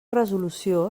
resolució